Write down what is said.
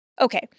Okay